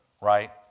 right